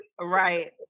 Right